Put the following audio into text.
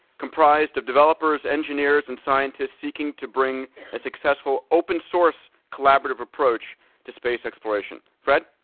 comprised of developers, engineers, and scientists seeking to bring a successful open source collaborative approach to space exploration. fred?